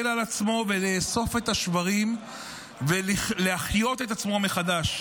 על עצמו ולאסוף את השברים ולהחיות את עצמו מחדש.